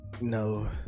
No